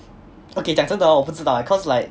okay 讲真的 hor 我不知道 eh cause like